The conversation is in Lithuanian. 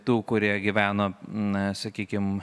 tų kurie gyveno na sakykim